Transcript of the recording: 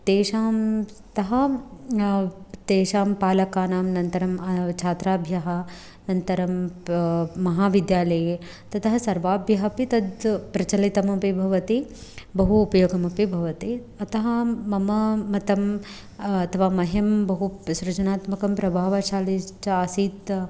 तेषां तः तेषां बालकानां अनन्तरं छात्राभ्यः अनन्तरं प महाविद्यालये ततः सर्वाभ्यः अपि तत् प्रचलितमपि भवति बहु उपयोगमपि भवति अतः मम मतं अथवा मह्यं बहु सृजनात्मकं प्रभावशालीश्च आसीत्